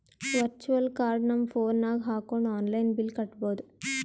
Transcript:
virtual card ನಮ್ phone ನಾಗ್ ಹಾಕೊಂಡ್ ಆನ್ಲೈನ್ ಬಿಲ್ ಕಟ್ಟಬೋದು